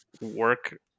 work